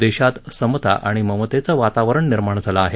देशात समता आणि ममतेचं वातावरण निर्माण झालं आहे